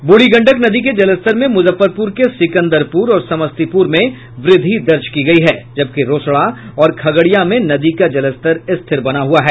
ब्रुढ़ी गंडक नदी के जलस्तर में मुजफ्फरपुर के सिकंदरपुर और समस्तीपुर में वृद्धि दर्ज की गयी है जबकि रोसड़ा और खगड़िया में नदी का जलस्तर स्थिर बना हुआ है